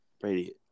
Brady